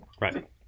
Right